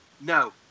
no